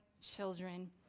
children